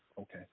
okay